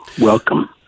Welcome